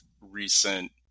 recent